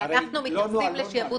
לשעבוד